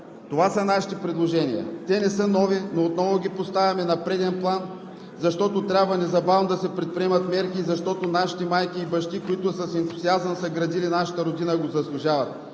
Това са нашите предложения. Те не са нови, но отново ги поставяме на преден план, защото трябва незабавно да се предприемат мерки, нашите майки и бащи, които с ентусиазъм са градили нашата родина, го заслужават,